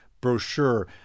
brochure